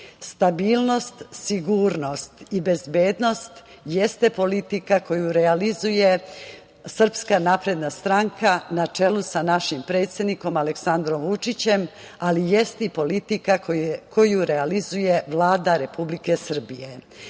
građana. Stabilnost, sigurnost i bezbednost jeste politika koju realizuje SNS na čelu sa našim predsednikom Aleksandrom Vučićem, ali jeste i politika koju realizuje Vlada Republike Srbije.